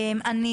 אוקיי,